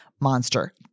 monster